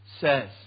says